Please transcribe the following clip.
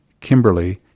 Kimberly